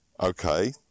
Okay